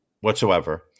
whatsoever